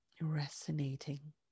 resonating